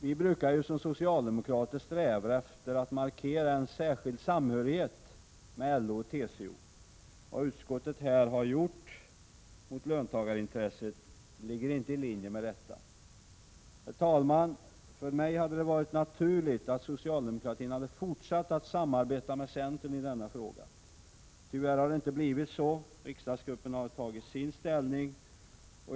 Vi socialdemokrater brukar sträva efter att markera en särskild samhörighet med LO och TCO. Vad utskottet här har gjort mot löntagarintressena ligger inte i linje med detta. Herr talman! För mig hade det varit naturligt att socialdemokratin hade fortsatt att samarbeta med centern i denna fråga. Tyvärr har det inte blivit så. Riksdagsgruppen har tagit sin ställning.